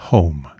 Home